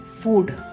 food